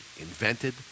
invented